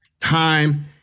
time